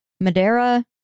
Madeira